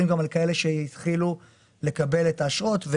גם על כאלה שהתחילו לקבל את האשרות,